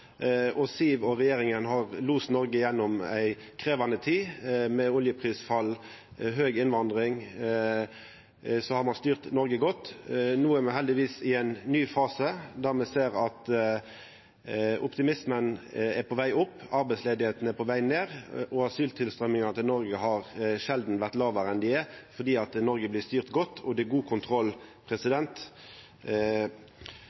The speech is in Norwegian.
budsjett. Siv Jensen og regjeringa har lost Noreg gjennom ei krevjande tid, med oljeprisfall og høg innvandring, og styrt landet godt. No er me heldigvis i ein ny fase der me ser at optimismen er på veg opp og arbeidsløysa på veg ned. Asyltilstrømminga til Noreg har sjelden vore lågare enn ho er no, for Noreg blir styrt godt, og det er god kontroll.